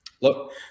Look